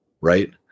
Right